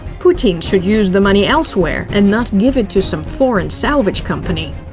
putin should use the money elsewhere and not give it to some foreign salvage company.